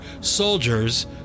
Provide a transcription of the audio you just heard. soldiers